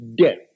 death